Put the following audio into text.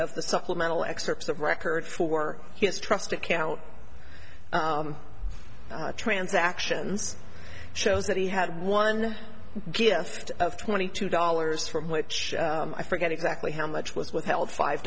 the supplemental excerpts of record for his trust account transactions shows that he had one gift of twenty two dollars from which i forget exactly how much was withheld five